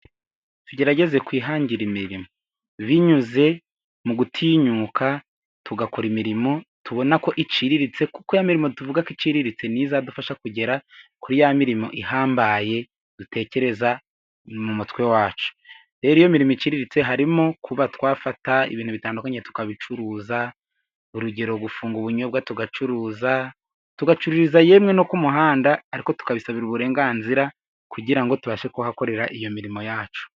Tugerageze kwihangira imirimo binyuze mu gutinyuka tugakora imirimo tubona ko iciriritse, kuko yamirimo tuvuga ko iciriritse niyo izadufasha kugera kuri ya mirimo ihambaye dutekereza mu mitwe yacu, rero iyo mirimo iciriritse harimo kuba twafata ibintu bitandukanye tukabicuruza, urugero gufunga ubunyobwa tugacuruza, tugacururiza yemwe no ku muhanda ariko tukabisabira uburenganzira, kugira ngo tubashe kuhakorera iyo mirimo yacu.